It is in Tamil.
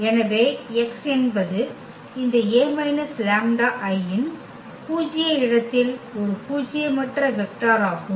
எனவே x என்பது இந்த A − λI இன் பூஜ்ய இடத்தில் ஒரு பூஜ்யமற்ற வெக்டர் ஆகும்